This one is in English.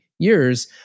years